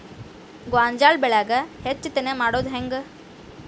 ಗೋಂಜಾಳ ಬೆಳ್ಯಾಗ ಹೆಚ್ಚತೆನೆ ಮಾಡುದ ಹೆಂಗ್?